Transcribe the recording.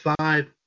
five